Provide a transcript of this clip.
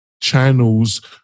channels